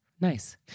Nice